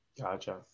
Gotcha